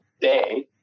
day